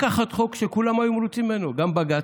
לקחת חוק שכולם היו מרוצים ממנו, גם בג"ץ,